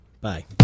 Bye